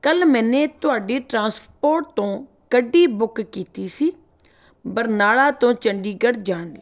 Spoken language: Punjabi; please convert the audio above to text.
ਕੱਲ੍ਹ ਮੈਨੇ ਤੁਹਾਡੀ ਟਰਾਂਸਪੋਰਟ ਤੋਂ ਗੱਡੀ ਬੁੱਕ ਕੀਤੀ ਸੀ ਬਰਨਾਲਾ ਤੋਂ ਚੰਡੀਗੜ੍ਹ ਜਾਣ ਲਈ